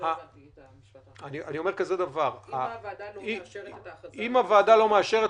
אם הוועדה לא מאשרת,